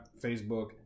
Facebook